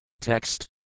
Text